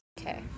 okay